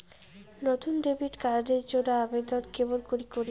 নতুন debit card এর জন্যে আবেদন কেমন করি করিম?